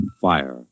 fire